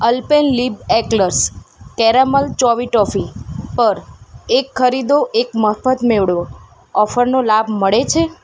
આપ્લેનલીબ eclairs caramel chewy toffee પર એક ખરીદો એક મફત મેળવો આૅફરનો લાભ મળે છે